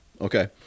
Okay